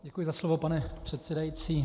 Děkuji za slovo, pane předsedající.